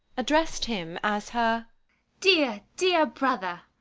addressed him as her dear, dear brother.